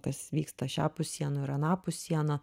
kas vyksta šiapus sienų ir anapus sienų